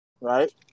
right